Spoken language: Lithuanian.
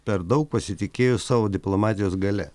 per daug pasitikėjo savo diplomatijos galia